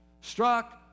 struck